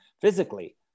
physically